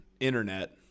internet